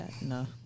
No